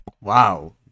Wow